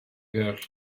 girl